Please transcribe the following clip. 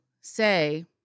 say